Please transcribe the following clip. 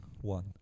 One